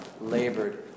labored